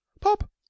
pop